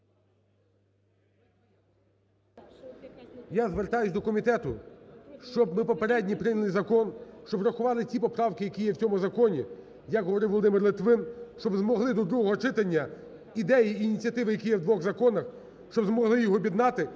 Я звертаюся до комітету. Щоб ми попередній прийняли закон, щоб врахували ці поправки, які є в цьому законі, як говорив Володимир Литвин, щоб змогли до другого читання ідеї і ініціативи, які є в двох законах, щоб змогли їх об'єднати,